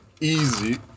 Easy